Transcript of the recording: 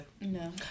No